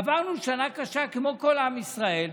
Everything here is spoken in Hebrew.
עברנו שנה קשה כמו כל עם ישראל,